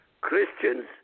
Christians